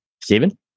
Stephen